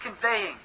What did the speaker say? conveying